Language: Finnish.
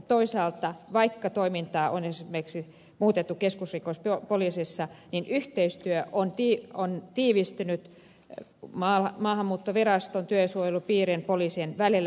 toisaalta vaikka toimintaa on esimerkiksi muutettu keskusrikospoliisissa yhteistyö on tiivistynyt maahanmuuttoviraston työsuojelupiirien ja poliisin välillä